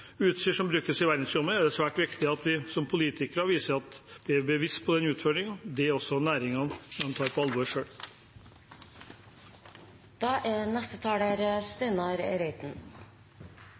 som brukes i verdensrommet, er det svært viktig at vi som politikere viser at vi er bevisst på denne utfordringen. Det gjelder også næringene, at de tar det på alvor